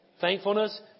Thankfulness